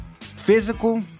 physical